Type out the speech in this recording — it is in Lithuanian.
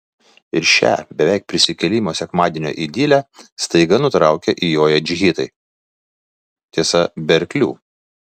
ir šią beveik prisikėlimo sekmadienio idilę staiga nutraukia įjoję džigitai tiesa be arklių